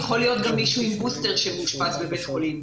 יכול להיות גם מישהו עם בוסטר שמאושפז בבית החולים,